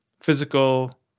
physical